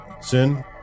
Sin